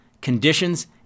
conditions